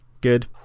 good